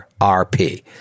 RP